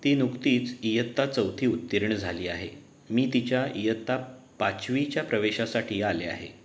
ती नुकतीच इयत्ता चौथी उत्तीर्ण झाली आहे मी तिच्या इयत्ता पाचवीच्या प्रवेशासाठी आले आहे